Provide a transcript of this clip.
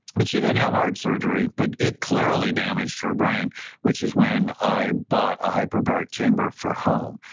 but she didn't have heart surgery, but it clearly damaged her brain which is when i bought a hyperbaric chamber for home.